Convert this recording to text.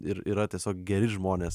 ir yra tiesiog geri žmonės